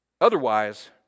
Otherwise